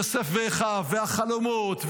יוסף ואחיו והחלומות,